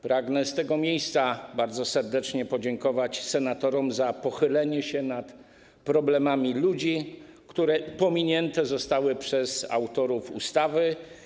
Pragnę z tego miejsca bardzo serdecznie podziękować senatorom za pochylenie się nad problemami ludzi, które nie zostały dostrzeżone przez autorów ustawy.